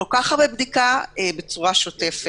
וכל כך הרבה בדיקה בצורה שוטפת.